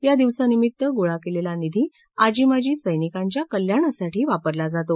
या दिवसानिमित्तानं गोळा केलेला निधी आजी माजी सैनिकांच्या कल्याणासाठी वापरला जातो